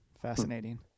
Fascinating